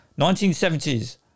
1970s